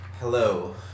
Hello